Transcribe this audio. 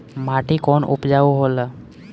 माटी कौन उपजाऊ होला?